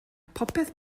popeth